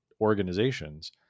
organizations